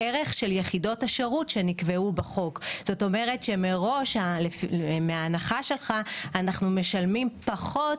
זאת אומרת שאנחנו משלמים מראש פחות